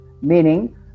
meaning